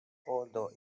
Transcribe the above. although